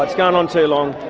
oh, it's going on too long.